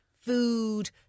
food